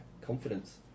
Confidence